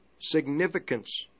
significance